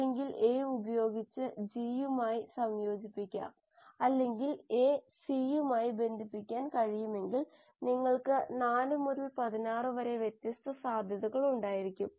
അല്ലെങ്കിൽ A ഉപയോഗിച്ച് G യുമായി സംയോജിപ്പിക്കാം അല്ലെങ്കിൽ A C യുമായി സംയോജിപ്പിക്കാൻ കഴിയുമെങ്കിൽ നിങ്ങൾക്ക് 4 മുതൽ 16 വരെ വ്യത്യസ്ത സാധ്യതകൾ ഉണ്ടായിരിക്കും